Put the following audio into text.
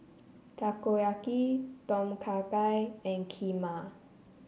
Takoyaki Tom Kha Gai and Kheema